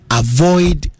avoid